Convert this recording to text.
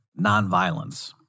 nonviolence